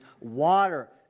water